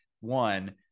one